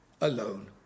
alone